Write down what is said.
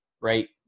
right